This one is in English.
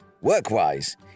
Work-wise